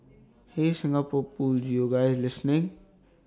hey Singapore pools you guys listening